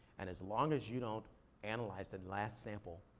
and as long as you don't analyze that last sample,